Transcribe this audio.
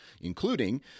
including